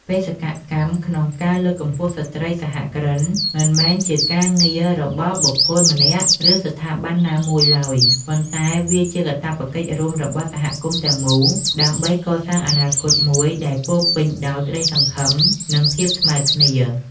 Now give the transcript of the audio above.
បេសកកម្មក្នុងការលើកកម្ពស់ស្ត្រីសហគ្រិន មិនមែនជាការងាររបស់បុគ្គលម្នាក់ ឬស្ថាប័នណាមួយឡើយ ប៉ុន្តែវាជាកាតព្វកិច្ចរួមរបស់សង្គមទាំងមូល ដើម្បីកសាងអនាគតមួយដែលពោរពេញដោយក្ដីសង្ឃឹម និងភាពស្មើគ្នា។